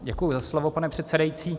Děkuji za slovo, pane předsedající.